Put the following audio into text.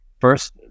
first